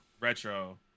retro